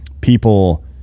people